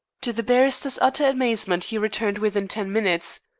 to the barrister's utter amazement he returned within ten minutes.